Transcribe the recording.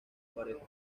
pareja